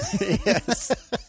Yes